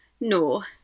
No